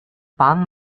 pan